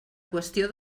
qüestió